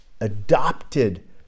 adopted